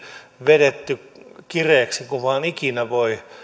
vedetty kireäksi kuin vain ikinä voi